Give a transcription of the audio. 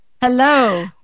Hello